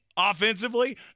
offensively